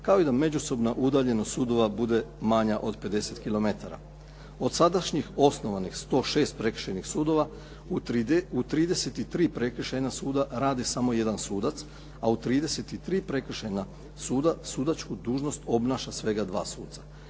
kao i da međusobna udaljenost sudova bude manja od 50 km. Od sadašnjih osnovanih 106 prekršajnih sudova u 33 prekršajna suda radi samo jedan sudac a u 33 prekršajna suda, sudačku dužnost obnaša svega 2 suca.